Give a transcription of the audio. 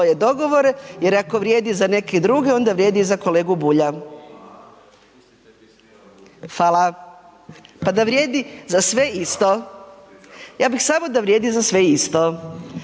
svoje dogovore, jer ako vrijede za neke druge, onda vrijedi i za kolegu Bulja…/Upadica iz sabornice se ne čuje/…Fala, pa da vrijedi sve isto,